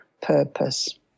purpose